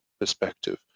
perspective